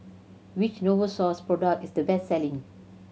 which Novosource product is the best selling